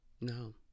No